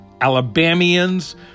Alabamians